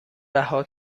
رها